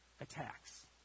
attacks